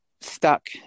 stuck